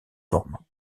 formes